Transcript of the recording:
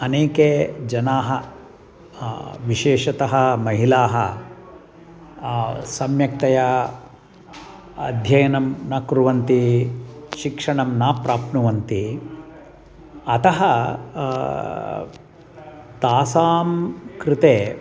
अनेके जनाः विशेषतः महिलाः सम्यक्तया अध्ययनं न कुर्वन्ति शिक्षणं न प्राप्नुवन्ति अतः तासां कृते